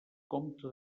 comte